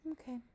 Okay